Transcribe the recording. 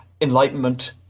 Enlightenment